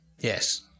Yes